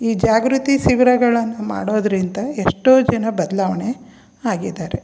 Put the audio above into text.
ಈ ಜಾಗೃತಿ ಶಿಬಿರಗಳನ್ನ ಮಾಡೋದರಿಂದ ಎಷ್ಟೋ ಜನ ಬದಲಾವಣೆ ಆಗಿದ್ದಾರೆ